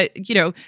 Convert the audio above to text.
ah you know,